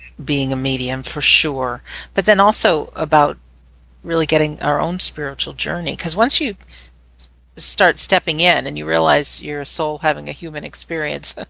being a medium for sure but then also about really getting our own spiritual journey because once you start stepping stepping in and you realize your soul having a human experience